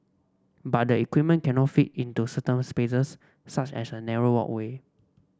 but the equipment cannot fit into certain spaces such as a narrow walkway